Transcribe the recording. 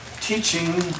teaching